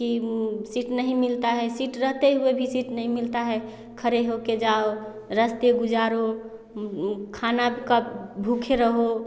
कि सीट नहीं मिलता है सीट रहते हुए भी सीट नहीं मिलता है खड़े होके जाओ रस्ते गुज़ारो खाना का भूखे रहो